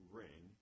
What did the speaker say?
ring